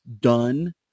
done